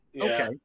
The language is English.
okay